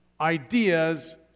ideas